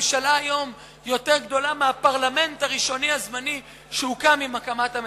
הממשלה היום יותר גדולה מהפרלמנט הראשוני הזמני שהוקם עם הקמת המדינה.